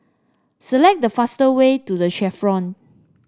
select the faster way to The Chevrons